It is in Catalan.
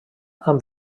amb